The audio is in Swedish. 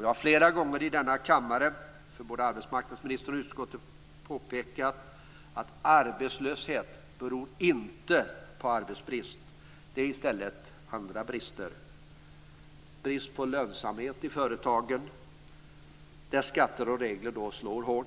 Jag har flera gånger i denna kammare för både arbetsmarknadsministern och utskottet påpekat att arbetslöshet inte beror på arbetsbrist. Det finns i stället andra brister. Det gäller brist på lönsamhet i företagen, där skatter och regler slår hårt.